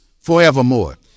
forevermore